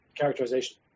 characterization